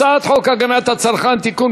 הצעת חוק הגנת הצרכן (תיקון,